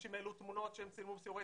אנשים העלו תמונות שהם צילמו בסיורי